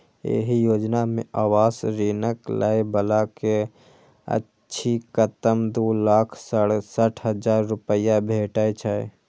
एहि योजना मे आवास ऋणक लै बला कें अछिकतम दू लाख सड़सठ हजार रुपैया भेटै छै